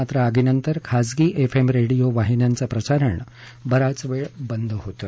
मात्र आगीनंतर खाजगी एफएम रेडियो वाहिन्यांचं प्रसारण बराच वेळ बंद होतं